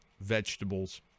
vegetables